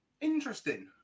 interesting